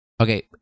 Okay